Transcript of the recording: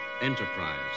Enterprise